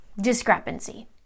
Discrepancy